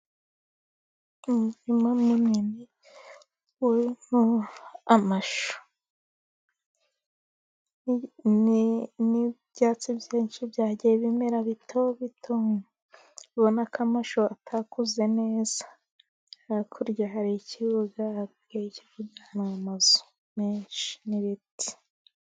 Umurima munini urimo amashu, n'ibyatsi byinshi byagiye bimera bito bito, urabona ko amashu atakuze neza, hakurya hari ikibuga hirya hari amazu menshi n'ibiti.